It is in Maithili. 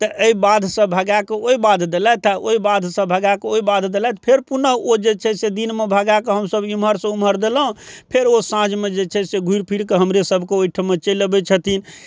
तऽ एहि बाधसँ भगा कऽ ओहि बाध देलैथ आ ओहि बाधसँ भगा कऽ ओहि बाध देलैथ फेर पुनः ओ जे छै से दिन मे भगा कऽ हमसब इम्हर सँ उम्हर देलहुॅं फेर ओ साँझमे जे छै से घुरि फिर कऽ हमरे सभके ओहिठाम चलि अबै छथिन